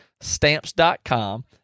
Stamps.com